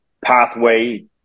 pathway